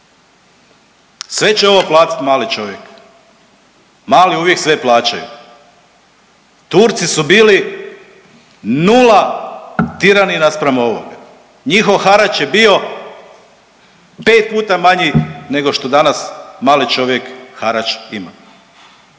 Sve će ovo platiti mali čovjek, mali uvijek sve plaćaju. Turci su bili nula tirani naspram ovoga. Njihov harač je bio 5 puta manji nego što danas mali čovjek harač ima.